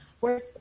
work